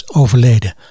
overleden